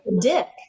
dick